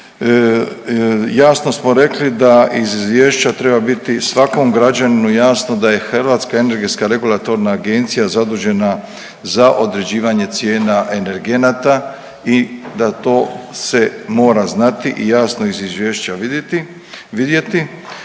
Jasno smo rekli da iz Izvješća treba biti svakom građaninu jasno da je HERA zadužena za određivanje cijena energenata i da to se mora znati i jasno iz Izvješća vidjeti.